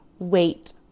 wait